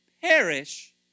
perish